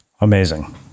Amazing